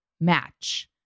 match